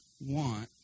want